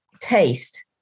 taste